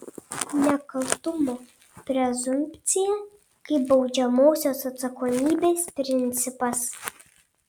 nekaltumo prezumpcija kaip baudžiamosios atsakomybės principas